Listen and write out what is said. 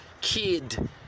kid